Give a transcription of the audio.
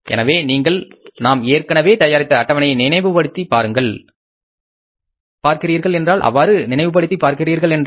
எனவே நீங்கள் நாம் ஏற்கனவே தயாரித்த அட்டவணையை நினைவு படுத்துகிறீர்கள் என்றால்